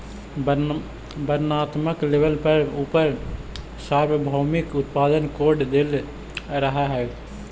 वर्णात्मक लेबल पर उपर सार्वभौमिक उत्पाद कोड देल रहअ हई